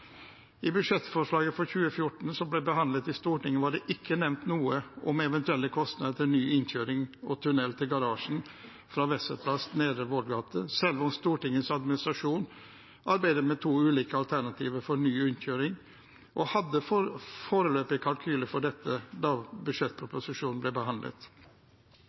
I budsjettforslaget for 2014, som ble behandlet i Stortinget, var det ikke nevnt noe om eventuelle kostnader til ny innkjøring og tunnel til garasjen fra Wessels plass/Nedre Vollgate, selv om Stortingets administrasjon arbeidet med to ulike alternativ for ny innkjøring og hadde en foreløpig kalkyle for dette da budsjettproposisjonen ble behandlet.